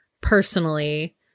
personally